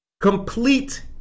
complete